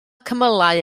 cymylau